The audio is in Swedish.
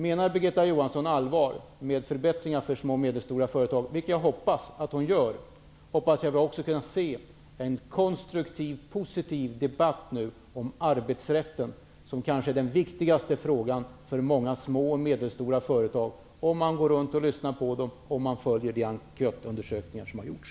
Menar Birgitta Johansson allvar med förbättringar för små och medelstora företag, vilket jag hoppas att hon gör, hoppas jag också att vi skall få se en konstruktiv och positiv debatt om arbetsrätten. Det är kanske den viktigaste frågan för många små och medelstora företag, vilket märks om man går runt och lyssnar på dem och om man följer de enkätundersökningar som har gjorts.